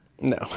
No